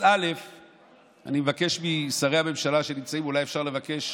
אז אני מבקש משרי הממשלה שנמצאים, אולי אפשר לבקש